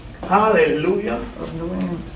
Hallelujah